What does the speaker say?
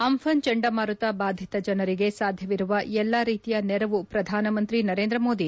Amphan ಚಂಡಮಾರುತ ಬಾಧಿತ ಜನರಿಗೆ ಸಾಧ್ಯವಿರುವ ಎಲ್ಲಾ ರೀತಿಯ ನೆರವು ಪ್ರಧಾನಮಂತ್ರಿ ನರೇಂದ್ರಮೋದಿ